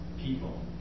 people